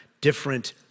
different